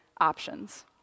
options